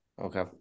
Okay